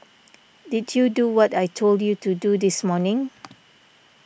did you do what I told you to do this morning